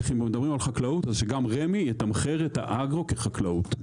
אם מדברים על חקלאות אז שגם רמ"י יתמחר את האגרו כחקלאות.